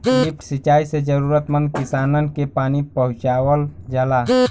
lift सिंचाई से जरूरतमंद किसानन के पानी पहुंचावल जाला